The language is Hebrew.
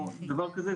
או דבר כזה,